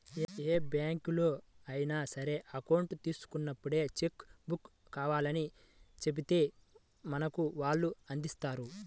ఏ బ్యాంకులో అయినా సరే అకౌంట్ తీసుకున్నప్పుడే చెక్కు బుక్కు కావాలని చెబితే మనకు వాళ్ళు అందిస్తారు